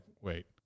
wait